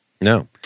No